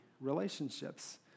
relationships